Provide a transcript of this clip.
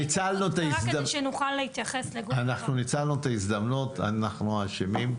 אנחנו ניצלנו את ההזדמנות, אנחנו האשמים,